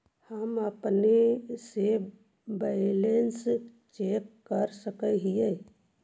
हम अपने से बैलेंस चेक कर सक हिए?